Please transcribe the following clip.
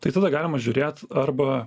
tai tada galima žiūrėt arba